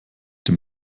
dem